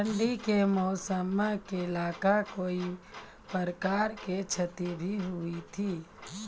ठंडी के मौसम मे केला का कोई प्रकार के क्षति भी हुई थी?